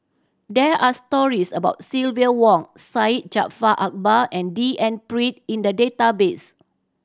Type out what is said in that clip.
there are stories about Silvia Yong Syed Jaafar Albar and D N Pritt in the database